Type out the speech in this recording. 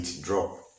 drop